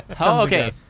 Okay